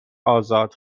آزاد